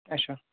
اچھا